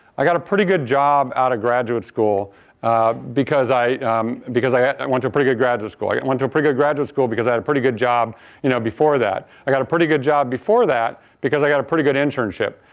i got a pretty good job out of graduate school because i because i went to a pretty good graduate school. i went to a pretty good graduate school because i had a pretty good job you know before that. i got a pretty good job before that because i got a pretty good internship.